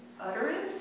utterance